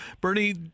Bernie